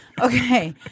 Okay